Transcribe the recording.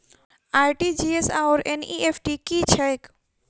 RTGS आओर NEFT की छैक?